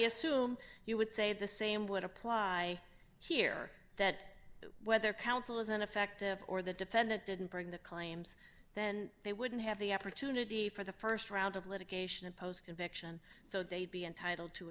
assume you would say the same would apply here that whether counsel is ineffective or the defendant didn't bring the claims then they wouldn't have the opportunity for the st round of litigation and post conviction so they'd be entitled to a